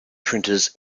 printers